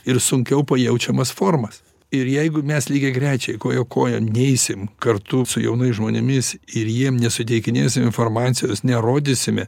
ir sunkiau pajaučiamas formas ir jeigu mes lygiagrečiai koja kojon neisim kartu su jaunais žmonėmis ir jiem nesuteikinėsim informacijos nerodysime